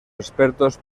expertos